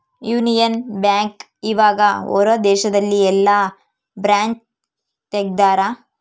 Union Bank ಇವಗ ಹೊರ ದೇಶದಲ್ಲಿ ಯೆಲ್ಲ ಬ್ರಾಂಚ್ ತೆಗ್ದಾರ